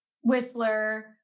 whistler